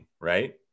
Right